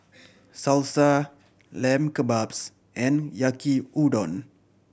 Salsa Lamb Kebabs and Yaki Udon